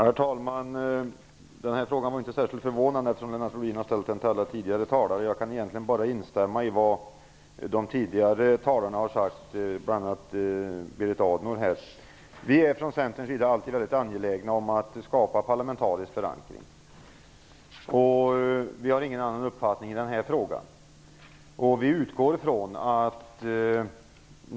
Herr talman! Den här frågan var inte särskilt förvånande, eftersom Lennart Rohdin har ställt den till alla tidigare talare. Jag kan egentligen bara instämma i vad de tidigare talarna har sagt, bl.a. Berit Andnor. Vi är från Centerns sida alltid mycket angelägna om att skapa parlamentarisk förankring, och vi har ingen annan uppfattning i den här frågan.